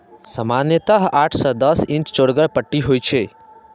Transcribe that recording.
सामान्यतः आठ सं दस इंच चौड़गर पट्टी होइ छै